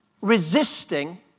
resisting